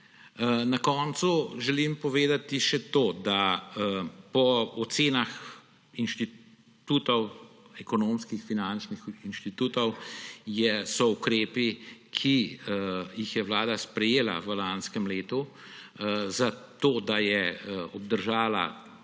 Na koncu želim povedati še to, da po ocenah inštitutov, ekonomskih, finančnih inštitutov, so ukrepi, ki jih je vlada sprejela v lanskem letu, da je obdržala